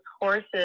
horses